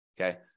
okay